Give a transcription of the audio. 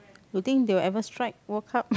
you think they will ever strike World Cup